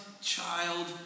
child